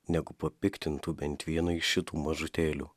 negu papiktintų bent vieną iš šitų mažutėlių